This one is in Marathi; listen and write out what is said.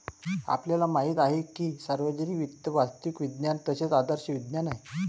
आपल्याला माहित आहे की सार्वजनिक वित्त वास्तविक विज्ञान तसेच आदर्श विज्ञान आहे